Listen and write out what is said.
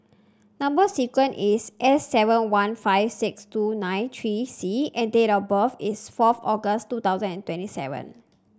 number sequence is S seven one five six two nine three C and date of birth is fourth August two thousand and twenty seven